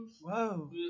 Whoa